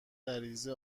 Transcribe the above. غریزه